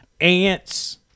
Ants